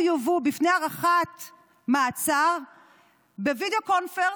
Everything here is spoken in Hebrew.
יובאו להארכת מעצר בווידיאו קונפרנס.